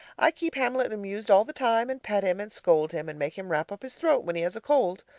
i keep hamlet amused all the time, and pet him and scold him and make him wrap up his throat when he has a cold.